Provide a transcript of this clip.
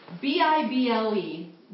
B-I-B-L-E